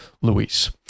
Luis